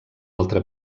altre